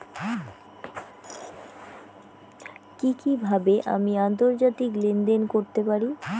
কি কিভাবে আমি আন্তর্জাতিক লেনদেন করতে পারি?